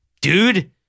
dude